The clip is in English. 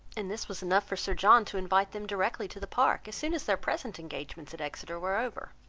and this was enough for sir john to invite them directly to the park, as soon as their present engagements at exeter were over.